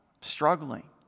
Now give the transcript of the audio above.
struggling